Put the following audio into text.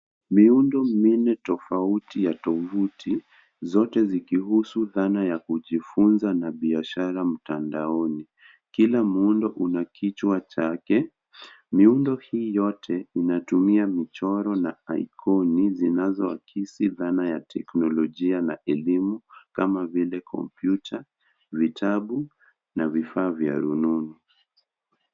Miundo minne tofauti ya tovuti, zote zikihusu zana ya kujifunza na biashara mtandaoni, kila muundo una kichwa chake. Miundo hii yote inatumia michoro na ikoni zinazoakisia dhana ya teknolojia na elimu, kama vile kompyuta, vitabu na vifaa vya rununu.